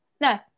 No